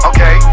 Okay